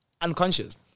unconscious